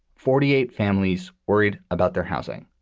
forty eight families worried about their housing,